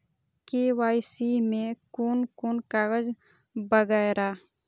KYC में कोन कोन कागज वगैरा?